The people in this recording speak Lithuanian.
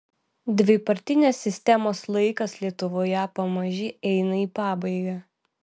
dvipartinės sistemos laikas lietuvoje pamaži eina į pabaigą